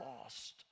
lost